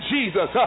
Jesus